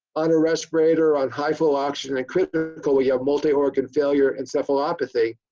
on a respirator, on high-flow oxygen, and critical, we have multi-organ failure encephalopathy,